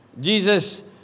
Jesus